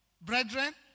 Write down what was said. Brethren